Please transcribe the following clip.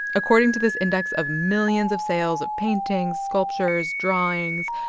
according to this index of millions of sales of paintings, sculptures, drawings,